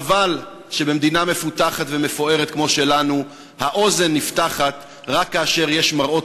חבל שבמדינה מפותחת ומפוארת כמו שלנו האוזן נפתחת רק כאשר יש מראות